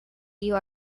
you